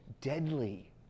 deadly